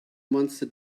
monster